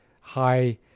high